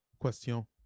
question